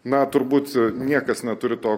na turbūt niekas neturi to